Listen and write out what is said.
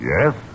Yes